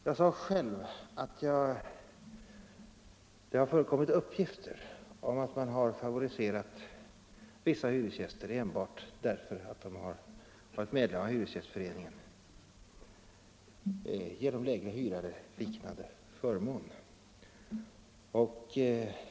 Jag sade själv att det har förekommit uppgifter om att man har favoriserat vissa hyresgäster enbart därför att de har varit medlemmar av hyresgästföreningen genom lägre hyra eller liknande förmåner.